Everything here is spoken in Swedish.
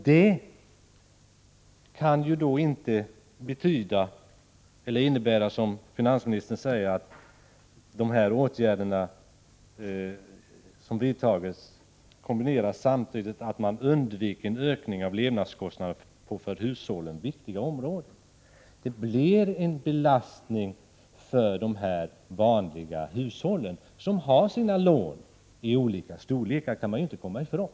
Det innebär att de åtgärder som vidtagits inte, som finansministern säger i svaret, är sådana att man undviker en ökning av levnadskostnaderna på för hushållen viktiga områden. Räntehöjningen blir en belastning för de vanliga hushållen, som har lån i olika storlekar — det kan man inte komma ifrån.